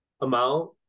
amount